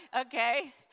okay